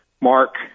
Mark